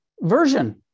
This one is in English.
version